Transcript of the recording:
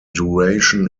duration